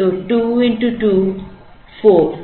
तो 2 x 2 4